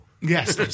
Yes